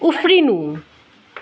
उफ्रिनु